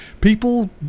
People